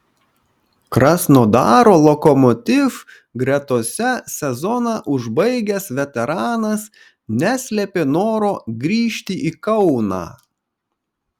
krasnodaro lokomotiv gretose sezoną užbaigęs veteranas neslėpė noro grįžti į kauną